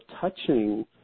touching